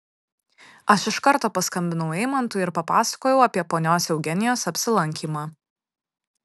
aš iš karto paskambinau eimantui ir papasakojau apie ponios eugenijos apsilankymą